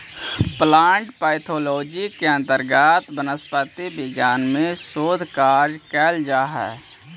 plant pathology के अंतर्गत वनस्पति विज्ञान में शोध कार्य कैल जा हइ